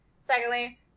Secondly